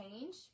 change